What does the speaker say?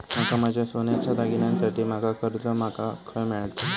माका माझ्या सोन्याच्या दागिन्यांसाठी माका कर्जा माका खय मेळतल?